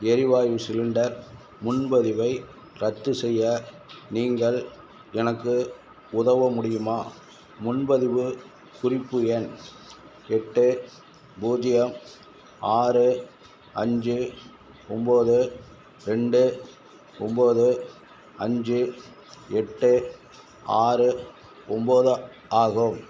எரிவாயு சிலிண்டர் முன்பதிவை ரத்து செய்ய நீங்கள் எனக்கு உதவ முடியுமா முன்பதிவு குறிப்பு எண் எட்டு பூஜ்ஜியம் ஆறு அஞ்சு ஒம்போது ரெண்டு ஒம்போது அஞ்சு எட்டு ஆறு ஒம்போது ஆகும்